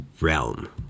realm